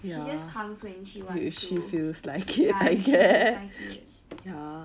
she just comes when she wants to ya if she feels like it